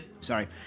Sorry